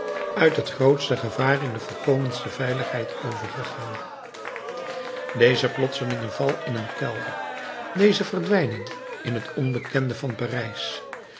uit het grootste gevaar in de volkomenste veiligheid overgegaan deze plotselinge val in een kelder deze verdwijning in het onbekende van parijs